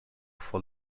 for